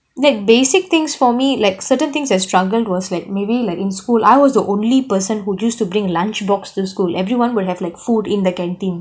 like basic things for me like certain things I struggled was like maybe like in school I was the only person who used to bring lunch box to school everyone will have like food in the canteen